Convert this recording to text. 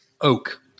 oak